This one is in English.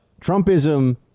Trumpism